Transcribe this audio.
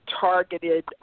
targeted